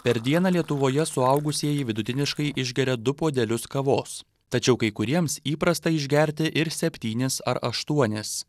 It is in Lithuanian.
per dieną lietuvoje suaugusieji vidutiniškai išgeria du puodelius kavos tačiau kai kuriems įprasta išgerti ir septynis ar aštuonis